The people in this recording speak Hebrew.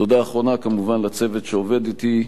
תודה אחרונה, כמובן, לצוות שעובד אתי,